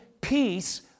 peace